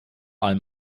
allem